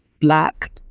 Black